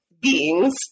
beings